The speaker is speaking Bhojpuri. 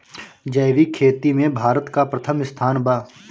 जैविक खेती में भारत का प्रथम स्थान बा